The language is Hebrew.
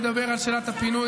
לדבר על שאלת הפינוי,